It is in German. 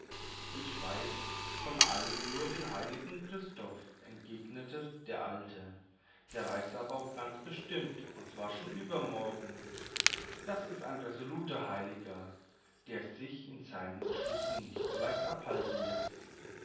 ich weiß von allen nur den heiligen christoph entgegnete der alte der reiset aber auch ganz bestimmt und zwar schon übermorgen das ist ein resoluter heiliger der sich in seinen entschlüssen nicht so leicht abhalten läßt